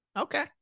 Okay